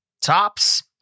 Tops